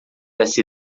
essa